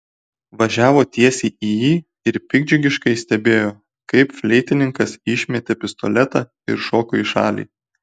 važiavo tiesiai į jį ir piktdžiugiškai stebėjo kaip fleitininkas išmetė pistoletą ir šoko į šalį